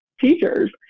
teachers